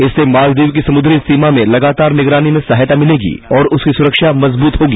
इससे मालदीव की समुद्री सीमा में लगातार निगरानी में सहायता मिलेगी और उसकी सुरक्षा मजबूत होगी